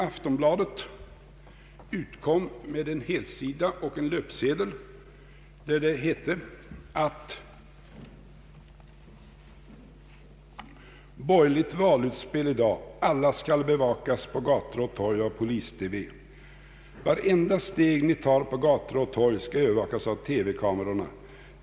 Aftonbladet utkom med en löpsedel där det hette: ALLA SKA BEVAKAS på gator och torg På tidningens förstasida kunde man sedan under samma rubrik läsa: ”Vartenda steg vi tar på gator och torg ska övervakas av TV-kameror!